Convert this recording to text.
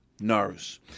Narus